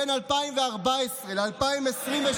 בין 2014 ל-2023,